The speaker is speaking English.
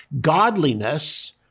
Godliness